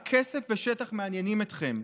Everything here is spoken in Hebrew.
רק כסף ושטח מעניינים אתכם.